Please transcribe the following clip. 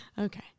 Okay